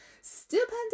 stupendous